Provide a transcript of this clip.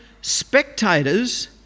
spectators